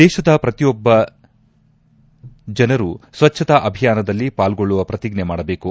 ದೇಶದ ಪ್ರತಿಯೊಬ್ಬ ಜನರು ಸ್ವಚ್ಚತಾ ಅಭಿಯಾನದಲ್ಲಿ ಪಾಲ್ಗೊಳ್ಳುವ ಪ್ರತಿಜ್ಞೆ ಮಾಡಬೇಕು